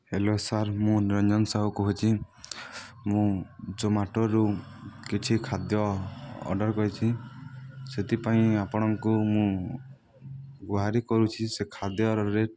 hello sir ମୁଁ ନିରଞ୍ଜନ ସାହୁ କହୁଛି ମୁଁ ଜୋମାଟୋରୁ କିଛି ଖାଦ୍ୟ ଅର୍ଡ଼ର୍ କରିଛି ସେଥିପାଇଁ ଆପଣଙ୍କୁ ମୁଁ ଗୁହାରି କରୁଛି ସେ ଖାଦ୍ୟର ରେଟ୍